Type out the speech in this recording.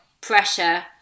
pressure